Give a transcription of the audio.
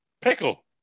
Pickle